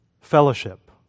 fellowship